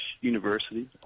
University